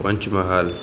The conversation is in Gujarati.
પંચમહાલ